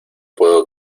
puedo